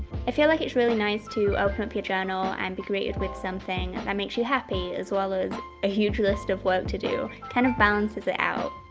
i feel like it's really nice to open up your journal and be greeted with something that makes you happy, as well as a huge list of work to do, kind of balances it out